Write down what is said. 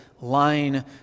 line